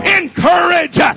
encourage